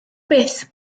byth